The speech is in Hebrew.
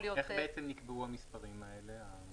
איך נקבעו המספרים האלה?